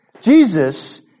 Jesus